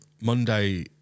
Monday